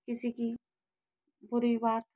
किसी की बुरी बात